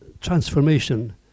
transformation